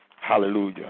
Hallelujah